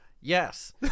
Yes